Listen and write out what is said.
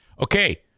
Okay